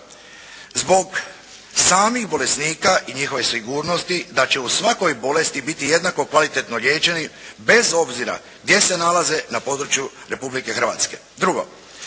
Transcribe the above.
zbog samih bolesnika i njihove sigurnosti da će u svakoj bolesti biti jednako kvalitetno liječeni bez obzira gdje se nalaze na području Republike Hrvatske.